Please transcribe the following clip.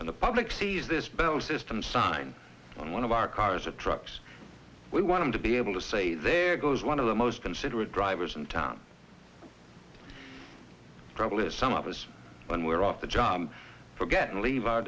when the public sees this bell system sign on one of our cars or trucks we want to be able to say there goes one of the most considerate drivers in town probably some of us when we're off the job forget and leave our